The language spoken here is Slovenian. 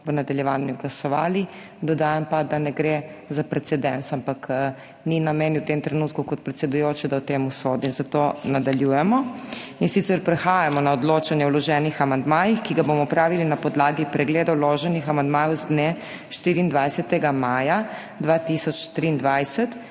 v nadaljevanju glasovali. Dodajam pa, da ne gre za precedens, ampak ni na meni kot predsedujoči v tem trenutku, da o tem sodim. Zato nadaljujemo. Prehajamo na odločanje o vloženih amandmajih, ki ga bomo opravili na podlagi pregleda vloženih amandmajev z dne 24. maja 2023,